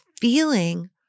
feeling